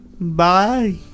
Bye